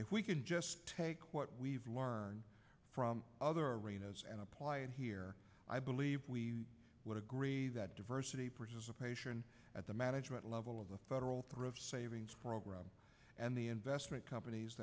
if we can just take what we've learned from other arenas and apply it here i believe we would agree that diversity participation at the management level of the federal probe savings program and the investment companies